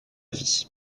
vie